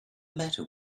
matter